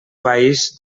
país